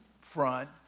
front